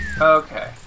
Okay